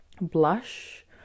blush